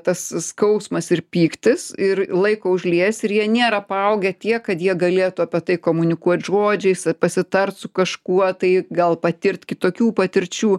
tas skausmas ir pyktis ir laiko užlies ir jie nėra paaugę tiek kad jie galėtų apie tai komunikuot žodžiais pasitart su kažkuo tai gal patirt kitokių patirčių